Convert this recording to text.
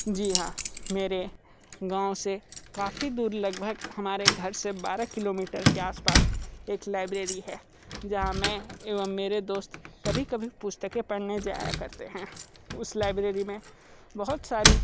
जी हाँ मेरे गाँव से काफ़ी दूर लगभग हमारे घर से बारह किलोमीटर के आस पास एक लाइब्रेरी है जहाँ मैं एवं मेरे दोस्त कभी कभी पुस्तकें पढ़ने जाया करते हैं उस लाइब्रेरी में बहुत सारी